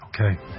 Okay